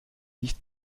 nicht